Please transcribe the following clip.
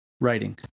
writing